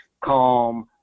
calm